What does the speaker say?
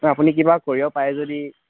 ma'am আপুনি কিবা কৰিব পাৰে যদি